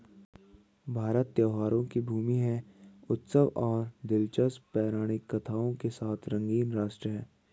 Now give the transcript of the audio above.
भारत त्योहारों की भूमि है, उत्सवों और दिलचस्प पौराणिक कथाओं के साथ रंगीन राष्ट्र है